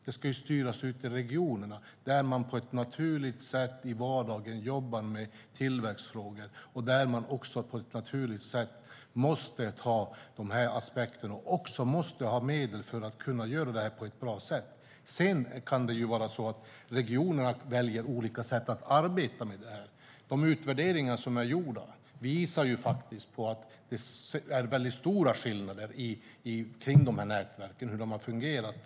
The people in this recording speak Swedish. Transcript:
Det ska styras ute i regionerna, där man på ett naturligt sätt i vardagen jobbar med tillväxtfrågor och där man också på ett naturligt sätt måste ha dessa aspekter och måste ha medel för att kunna göra detta på ett bra sätt. Sedan kan det vara så att regionerna väljer olika sätt att arbeta med detta. De utvärderingar som är gjorda visar faktiskt att det är mycket stora skillnader mellan dessa nätverk och hur de har fungerat.